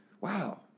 wow